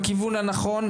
בכיוון הנכון,